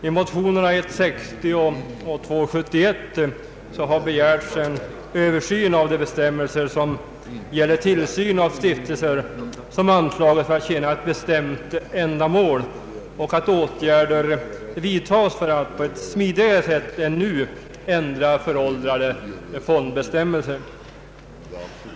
I motionerna I: 60 och II: 71 har begärts ”dels en översyn av de bestämmelser som gäller tillsyn av stiftelser som anslagits för att tjäna ett bestämt ändamål, dels att åtgärder vidtas som gör det möjligt att på ett smidigare sätt än nu ändra föråldrade fondbestämmelser”.